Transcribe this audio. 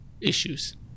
issues